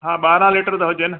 हा ॿारहां लीटर त हुजे न